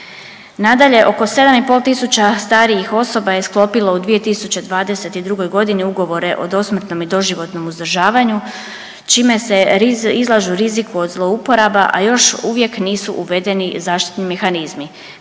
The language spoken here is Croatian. Nadalje, oko 7,5 tisuća starijih osoba je sklopilo u 2022.g. ugovore o dosmrtnom i doživotnom uzdržavanju čime se izlažu riziku od zlouporaba, a još uvijek nisu uvedeni zaštitni mehanizmi.